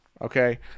okay